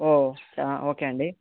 ఓ okay అండి